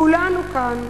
כולנו כאן,